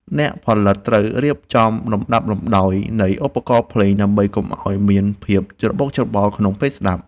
អ្នកផលិតត្រូវចេះរៀបចំលំដាប់លំដោយនៃឧបករណ៍ភ្លេងដើម្បីកុំឱ្យមានភាពច្របូកច្របល់ក្នុងពេលស្ដាប់។